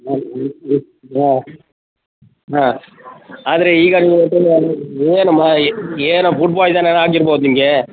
ಹಾಂ ಹಾಂ ಆದರೆ ಈಗ ಏನಮ್ಮ ಏನೋ ಫುಡ್ ಪಾಯ್ಸನ್ ಏನೋ ಆಗಿರ್ಬೌದು ನಿನಗೆ